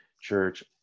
church